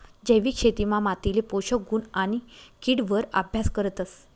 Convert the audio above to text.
जैविक शेतीमा मातीले पोषक गुण आणि किड वर अभ्यास करतस